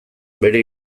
bere